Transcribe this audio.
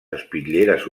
espitlleres